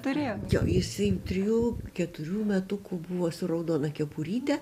turėjo jo jisai trijų keturių metukų buvo su raudona kepuryte